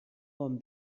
bon